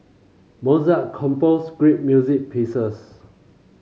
Mozart composed great music pieces